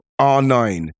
R9